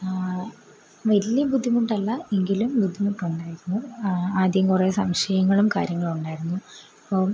വെല്യ ബുദ്ധിമുട്ടല്ല എങ്കിലും ബുദ്ധിമുട്ടുണ്ടായിരുന്നു ആദ്യം കുറേ സംശയങ്ങളും കാര്യങ്ങൾ ഉണ്ടായിരുന്നു അപ്പം